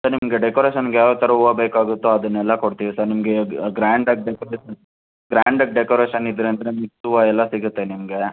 ನಿಮಗೆ ಡೆಕೋರೇಷನ್ನಿಗೆ ಯಾವ ಯಾವ ಥರ ಹೂವ ಬೇಕಾಗುತ್ತೋ ಅದನ್ನೆಲ್ಲ ಕೊಡ್ತೀವಿ ಸರ್ ನಿಮಗೆ ಗ್ರಾಂಡಾಗಿ ಡೆಕೋರೇಷನ್ ಗ್ರಾಂಡಾಗಿ ಡೆಕೋರೇಷನ್ ಇದೆ ಅಂದರೆ ಮಿಕ್ಸ್ ಹೂವ ಎಲ್ಲ ಸಿಗುತ್ತೆ ನಿಮಗೆ